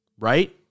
right